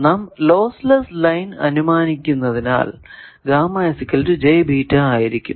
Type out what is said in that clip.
നാം lossless line അനുമാനിക്കുന്നതിനാൽ ആയിരിക്കും